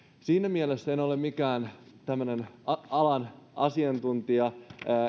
siinä mielessä en ole mikään tämmöinen alan asiantuntija